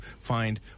find